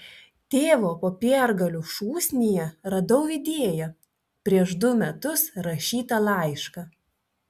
tėvo popiergalių šūsnyje radau idėją prieš du metus rašytą laišką